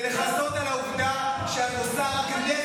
ולכסות על העובדה שאת עושה רק נזק